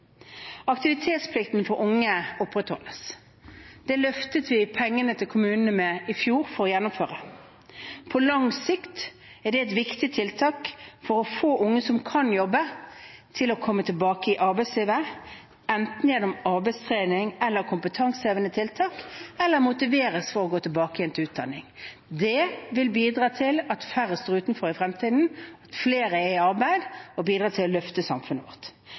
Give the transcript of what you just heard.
Aktivitetsplikten for unge opprettholdes. Det løftet vi pengene til kommunene med i fjor for å gjennomføre. På lang sikt er det et viktig tiltak for å få unge som kan jobbe, til å komme tilbake i arbeidslivet, enten gjennom arbeidstrening eller kompetansehevende tiltak, eller motiveres for å gå tilbake igjen til utdanning. Det vil bidra til at færre står utenfor i fremtiden, flere er i arbeid og bidrar til å løfte samfunnet vårt.